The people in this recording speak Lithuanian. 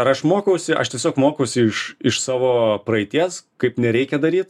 ar aš mokausi aš tiesiog mokausi iš iš savo praeities kaip nereikia daryt